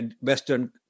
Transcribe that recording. Western